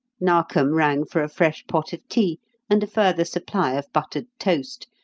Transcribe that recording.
narkom rang for a fresh pot of tea and a further supply of buttered toast,